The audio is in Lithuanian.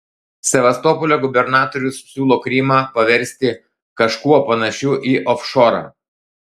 sevastopolio gubernatorius siūlo krymą paversti kažkuo panašiu į ofšorą